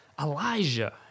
Elijah